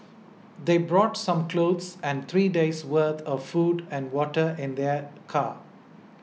they brought some clothes and three days' worth of food and water in their car